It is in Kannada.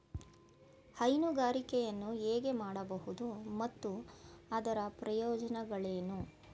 ಹೈನುಗಾರಿಕೆಯನ್ನು ಹೇಗೆ ಮಾಡಬಹುದು ಮತ್ತು ಅದರ ಪ್ರಯೋಜನಗಳೇನು?